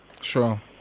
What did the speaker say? Sure